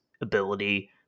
ability